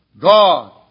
God